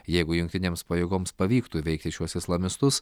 jeigu jungtinėms pajėgoms pavyktų įveikti šiuos islamistus